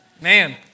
Man